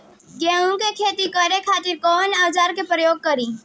गेहूं के खेती करे खातिर कवन औजार के प्रयोग करी?